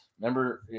Remember